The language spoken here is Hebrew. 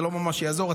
זה לא ממש יעזור.